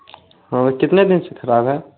हाँ कितने दिन से खराब है